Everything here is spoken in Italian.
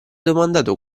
domandato